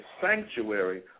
sanctuary